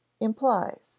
implies